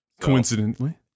coincidentally